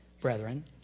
brethren